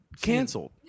canceled